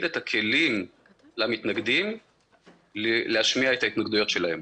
את הכלים למתנגדים להשמיע את ההתנגדויות שלהם.